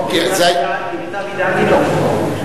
למיטב ידיעתי לא.